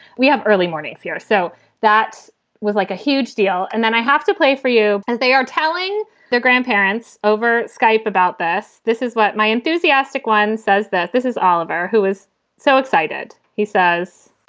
we have early morning hours. so that was like a huge deal. and then i have to play for you. and they are telling their grandparents over skype about this. this is what my enthusiastic one says, that this is oliver who is so excited he says,